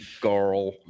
girl